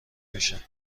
میشه